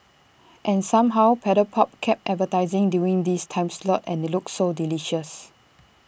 and somehow Paddle pop kept advertising during this time slot and IT looked so delicious